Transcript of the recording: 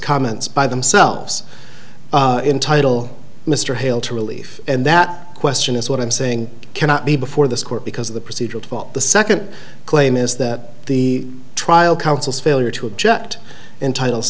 comments by themselves entitle mr hale to relief and that question is what i'm saying cannot be before this court because of the procedural cobol the second claim is that the trial council's failure to object entitle